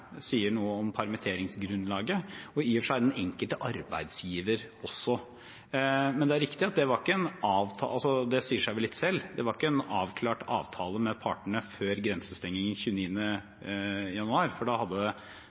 sier noe om permitteringsgrunnlaget, og i og for seg også den enkelte arbeidsgiver. Men det er riktig at det ikke var en avklart avtale – det sier seg vel litt selv – med partene før grensestengningen 29. januar, for da hadde